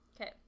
Okay